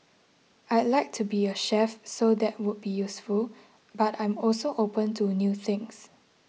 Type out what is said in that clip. I'd like to be a chef so that would be useful but I'm also open to new things